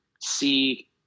see